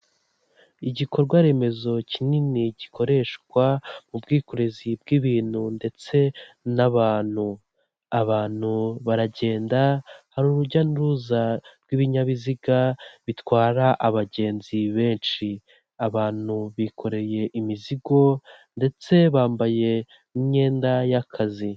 Igikorwa remezo kinini gikoreshwa mu bwikorezi bw'ibintu ndetse n'abantu, abantu baragenda, hari urujya n'uruza rw'ibinyabiziga bitwara abagenzi benshi, abantu bikoreye imizigo ndetse bambaye n'imyenda y'akazi.